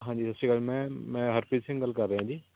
ਹਾਂਜੀ ਸਤਿ ਸ਼੍ਰੀ ਅਕਾਲ ਮੈਮ ਮੈਂ ਹਰਪ੍ਰੀਤ ਸਿੰਘ ਗੱਲ ਕਰ ਰਿਹਾ ਜੀ